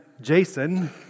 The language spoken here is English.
Jason